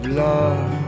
love